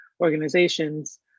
organizations